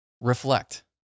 Reflect